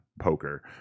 poker